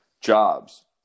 Jobs